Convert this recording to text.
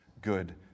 good